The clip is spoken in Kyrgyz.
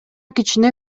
кичине